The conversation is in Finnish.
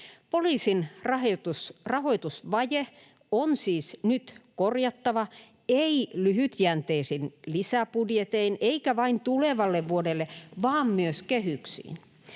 Poliisin rahoitusvaje on siis nyt korjattava ei lyhytjänteisin lisäbudjetein eikä vain tulevalle vuodelle vaan myös kehyksiin.